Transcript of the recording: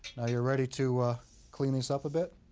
now you're ready to clean this up a bit